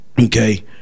okay